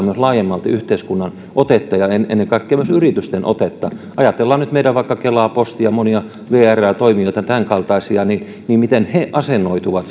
myös laajemmalti yhteiskunnan otetta ja ennen kaikkea myös yritysten otetta jos ajatellaan meillä nyt vaikka kelaa postia vrää monia tämänkaltaisia toimijoita niin se miten he asennoituvat